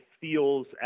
feels